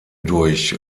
durch